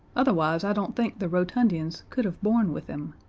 otherwise i don't think the rotundians could have borne with him.